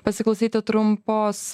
pasiklausyti trumpos